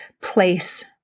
place